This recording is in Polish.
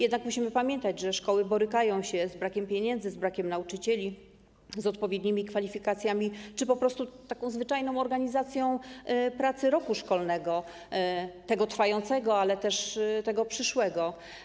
Jednak musimy pamiętać, że szkoły borykają się z brakiem pieniędzy, z brakiem nauczycieli, z odpowiednimi kwalifikacjami, czy po prostu taką zwyczajną organizacją pracy trwającego roku szkolnego, ale też tego przyszłego.